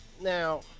Now